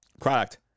Product